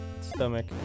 stomach